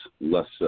less